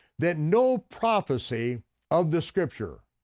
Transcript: that no prophecy of the scripture.